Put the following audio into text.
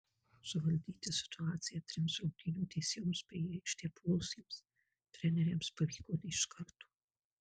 suvaldyti situaciją trims rungtynių teisėjoms bei į aikštę puolusiems treneriams pavyko ne iš karto